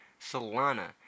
Solana